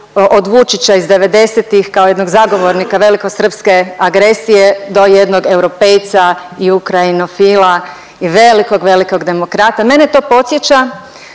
od Vučića iz '90.-tih kao jednog zagovornika velikosrpske agresije do jednog europejca i ukrajinofila i velikog velikog demokrata. Mene to podsjeća